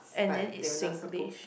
and then is Singlish